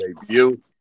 debut